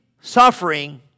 suffering